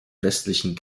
westlichen